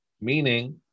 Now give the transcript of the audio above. Meaning